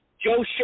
Joe